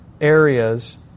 areas